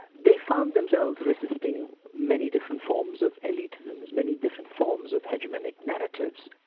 they found themselves resisting many different forms of elitism, as many different forms of hegemonic narratives.